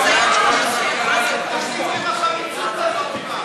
תפסיקו עם החמיצות הזאת,